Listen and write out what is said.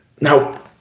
now